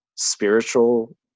spiritual